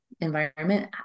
environment